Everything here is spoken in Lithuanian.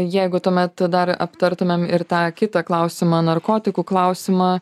jeigu tuomet dar aptartumėm ir tą kitą klausimą narkotikų klausimą